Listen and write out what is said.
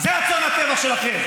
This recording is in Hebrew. זה הצאן לטבח שלכם.